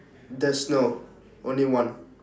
there's no only one